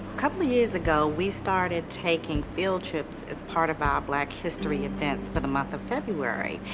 couple of years ago we started taking field trips as part of our black history events, for the month of february.